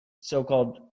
so-called